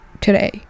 today